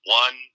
one